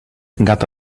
gat